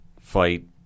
fight